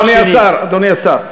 אדוני השר,